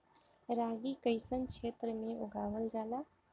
रागी कइसन क्षेत्र में उगावल जला?